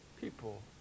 people